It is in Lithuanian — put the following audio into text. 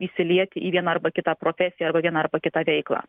įsilieti į vieną arba kitą profesiją arba vieną arba kitą veiklą